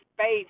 space